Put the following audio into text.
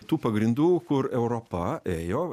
tų pagrindų kur europa ėjo